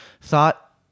thought